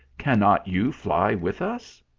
cannot you fly with us?